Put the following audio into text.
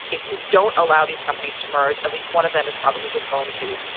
if you don't allow these companies to merge, at least one of them is probably just going to,